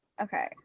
Okay